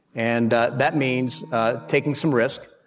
and that means taking some risks.